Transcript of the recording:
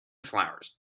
flowers